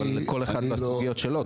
אבל כל אחד והסוגיות שלו,